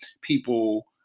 people